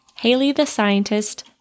HaleyTheScientist